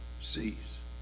cease